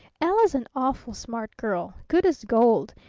ella's an awful smart girl. good as gold.